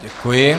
Děkuji.